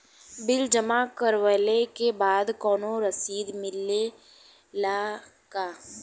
Bill जमा करवले के बाद कौनो रसिद मिले ला का?